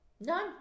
None